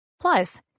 Plus